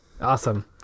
Awesome